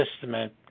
Testament